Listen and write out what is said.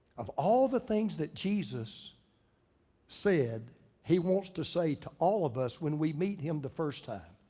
of all the things that jesus said he wants to say to all of us when we meet him the first time.